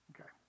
Okay